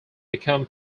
become